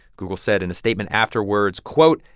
google said in a statement afterwards, quote,